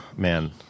man